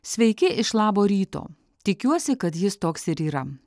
sveiki iš labo ryto tikiuosi kad jis toks ir yra